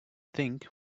think